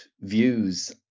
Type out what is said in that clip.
views